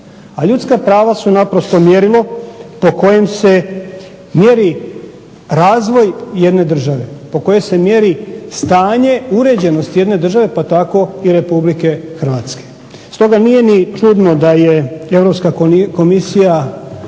a ljudska prava su naprosto mjerilo po kojem se mjeri razvoj jedne države, po kojoj se mjeri stanje, uređenost jedne države, pa tako i Republike Hrvatske. Stoga nije ni čudno da je Europska Komisija